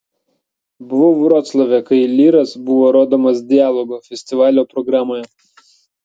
buvau vroclave kai lyras buvo rodomas dialogo festivalio programoje